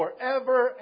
forever